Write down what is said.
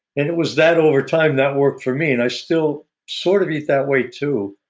it was that over time that worked for me, and i still sort of eat that way too.